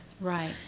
right